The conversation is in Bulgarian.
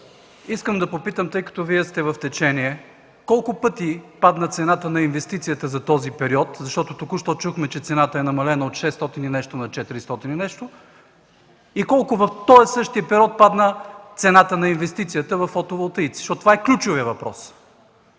Искам да попитам, тъй като Вие сте в течение, колко пъти падна цената на инвестицията за този период, защото току-що чухме, че цената е намалена от шестстотин и нещо на четиристотин и нещо и колко в този същия период падна цената на инвестицията във фотоволтаиците, защото това е ключовият въпрос?